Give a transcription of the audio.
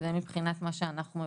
מה הכוונה?